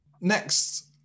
Next